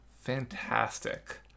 fantastic